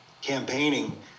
campaigning